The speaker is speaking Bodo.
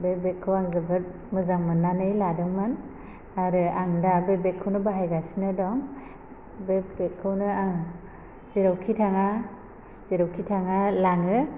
बे बेगखौ आं जोबोद मोजां मोननानै लादोंमोन आरो आं दा बे बेगखौनो बाहायगासिनो दं बे बेगखौनो आं जेरावखि थाङा जेरावखि थाङा लाङो